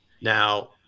now